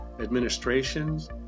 administrations